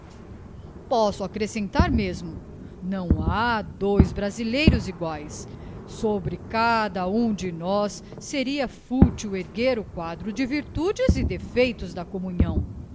posso accrescentar mesmo não ha dois brasileiros cguaes sobre cada um de nós seria fútil erguer o quadro de virtudes e defeitos da communhão